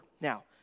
now